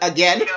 Again